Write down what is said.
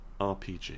RPG